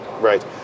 Right